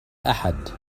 أحد